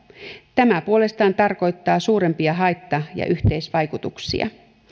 tämä puolestaan tarkoittaa suurempia haitta ja yhteisvaikutuksia